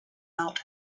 out